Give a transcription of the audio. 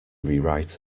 rewrite